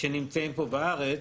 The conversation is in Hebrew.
שנמצאים פה בארץ.